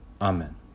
Amen